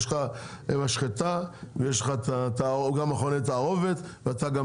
יש לך משחטה ויש לך גם מכוני תערובת ואתה גם